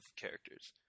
characters